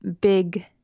big